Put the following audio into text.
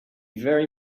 very